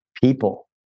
people